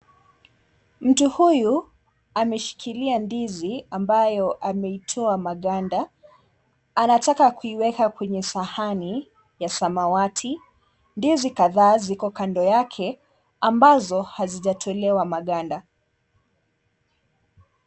Mtu huyu ameshikilia ndizi ambayo ameitoa maganda anataka kuiweka kwenye sahani ya samawati, ndizi kadhaa ziko kando yake ambazo hazijatolewa maganda.